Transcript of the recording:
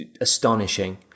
astonishing